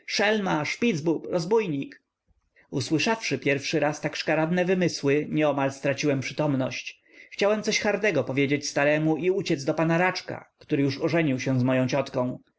wrzeszczał szelma szpitzbub rozbójnik usłyszawszy pierwszy raz tak szkaradne wymysły nieomal straciłem przytomność chciałem coś hardego powiedzieć staremu i uciec do pana raczka który już ożenił się z moją ciotką